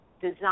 design